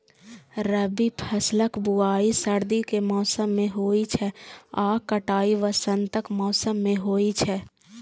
रबी फसलक बुआइ सर्दी के मौसम मे होइ छै आ कटाइ वसंतक मौसम मे होइ छै